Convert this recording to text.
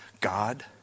God